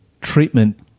treatment